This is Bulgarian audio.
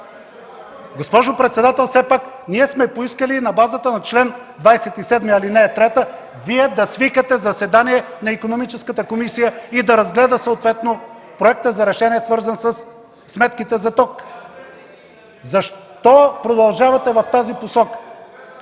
Госпожо председател, ние сме поискали на базата на чл. 27, ал. 3 Вие да свикате заседание на Икономическата комисия, която да разгледа проекта за решение, свързан със сметките за ток. Защо продължавате в тази посока?